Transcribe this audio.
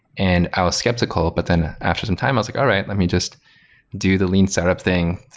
and i was skeptical, but then after some time i was like, all right. let me just do the lean startup thing.